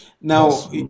Now